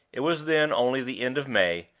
it was then only the end of may,